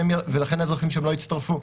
ולכן האזרחים שם לא הצטרפו,